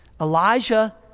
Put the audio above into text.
Elijah